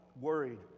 worried